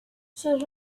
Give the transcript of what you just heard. sus